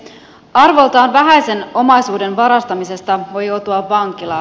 arvoltaan vähäisen omaisuuden varastamisesta voi joutua vankilaan